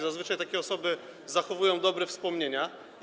Zazwyczaj takie osoby zachowują dobre wspomnienia.